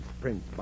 Prince